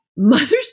Mothers